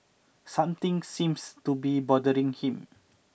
something seems to be bothering him